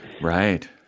right